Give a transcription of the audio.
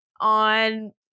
on